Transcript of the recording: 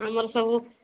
ଆମର ସବୁ